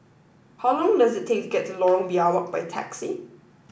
how long does it take to get to Lorong Biawak by taxi